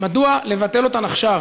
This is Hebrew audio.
מדוע לבטל אותן עכשיו?